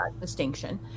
distinction